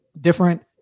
different